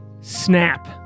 snap